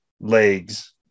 legs